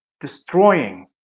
destroying